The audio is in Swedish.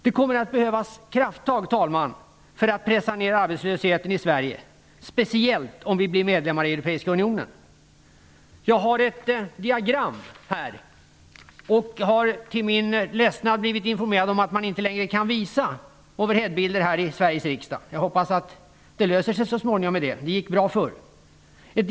Det kommer att behövas krafttag för att vi skall kunna pressa ned arbetslösheten i Sverige, speciellt om vi blir medlemmar i Europeiska unionen. Jag har här ett diagram, men jag har till min ledsnad blivit informerad om att man inte längre kan visa overheadbilder här i kammaren. Jag hoppas att det löser sig så småningom - det gick bra förut.